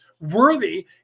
worthy